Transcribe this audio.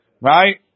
right